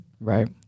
right